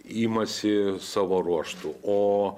imasi savo ruožtu o